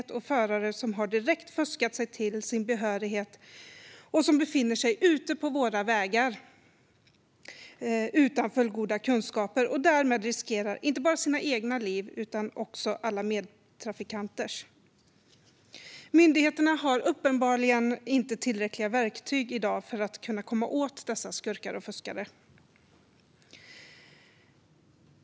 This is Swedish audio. Det finns förare som har direkt fuskat sig till sin behörighet och som befinner sig ute på våra vägar utan fullgoda kunskaper. De riskerar därmed inte bara sina egna utan även alla medtrafikanters liv. Myndigheterna har i dag uppenbarligen inte tillräckliga verktyg för att kunna komma åt dessa skurkar och fuskare.